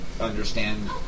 understand